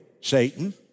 Satan